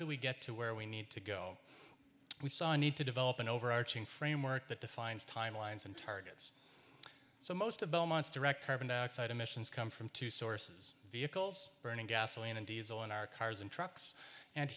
do we get to where we need to go we saw a need to develop an overarching framework that defines timelines and targets so most of belmont's direct carbon dioxide emissions come from two sources vehicles burning gasoline and diesel in our cars and trucks and